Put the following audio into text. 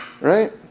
right